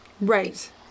right